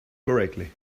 correctly